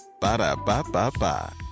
Ba-da-ba-ba-ba